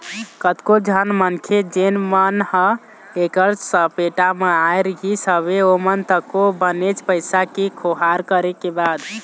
कतको झन मनखे जेन मन ह ऐखर सपेटा म आय रिहिस हवय ओमन तको बनेच पइसा के खोहार करे के बाद